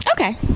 Okay